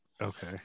okay